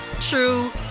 true